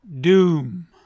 Doom